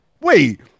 Wait